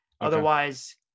otherwise